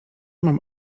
mam